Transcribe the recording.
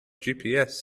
gps